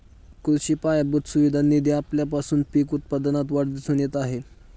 कृषी पायाभूत सुविधा निधी आल्यापासून पीक उत्पादनात वाढ दिसून येत आहे